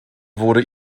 wurde